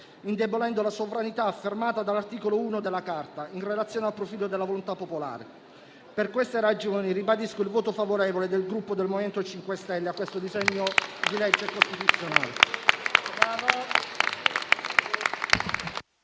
indebolendo la sovranità affermata dall'articolo 1 della Carta in relazione al profilo della volontà popolare. Per queste ragioni, ribadisco il voto favorevole del gruppo del MoVimento 5 Stelle al disegno di legge costituzionale